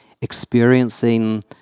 experiencing